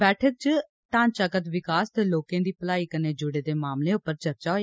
बैठक इच ढ़ांचागत विकास ते लोकें दी भलाई कन्नै जुड़े मामलें उप्पर चर्चा होई